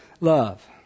Love